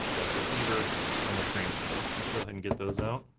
the receiver and the transmitter. let's go ahead and get those out.